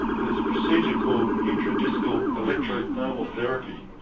there's a procedure called intra discal electrothermal therapy.